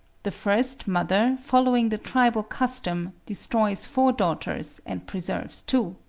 the first mother, following the tribal custom, destroys four daughters and preserves two.